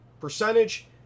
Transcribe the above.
percentage